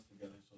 together